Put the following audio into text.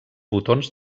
botons